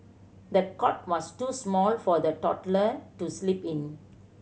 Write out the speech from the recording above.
the cot was too small for the toddler to sleep in